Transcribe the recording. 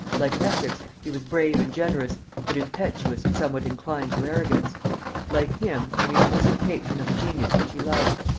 like essex, he was brave and generous, but impetuous and somewhat inclined to arrogance like him, a munificent patron of the genius which he loved.